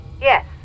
Yes